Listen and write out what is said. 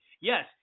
Yes